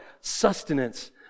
sustenance